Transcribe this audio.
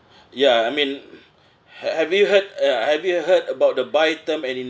ya I mean ha~ have you heard uh have you heard about the buy term and